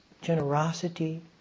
generosity